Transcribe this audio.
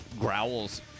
growls